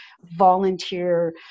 volunteer